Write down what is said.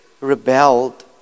rebelled